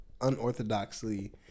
unorthodoxly